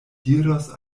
diros